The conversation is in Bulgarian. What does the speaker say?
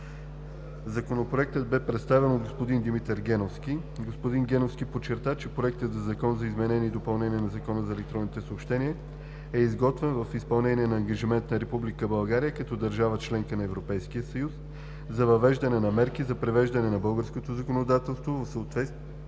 Законопроектът бе представен от господин Димитър Геновски. Господин Геновски подчерта, че проектът на Закон за изменение и допълнение на Закона за електронните съобщения (ЗЕС) е изготвен в изпълнение на ангажиментите на Република България като държава – членка на Европейския съюз, за въвеждане на мерки за привеждане на българското законодателство в съответствие